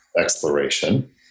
exploration